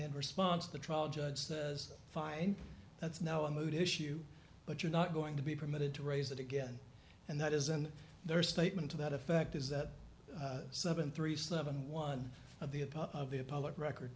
in response the trial judge says fine that's now a moot issue but you're not going to be permitted to raise that again and that isn't their statement to that effect is that seven three seven one of the a part of the public record